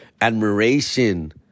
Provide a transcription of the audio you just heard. admiration